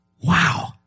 Wow